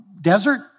desert